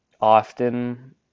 often